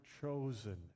chosen